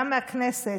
גם מהכנסת,